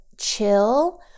chill